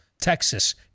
Texas